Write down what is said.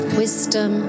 wisdom